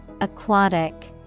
Aquatic